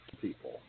people